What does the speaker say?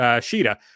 Sheeta